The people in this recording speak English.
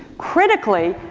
critically,